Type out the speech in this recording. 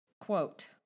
Quote